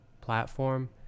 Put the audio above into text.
platform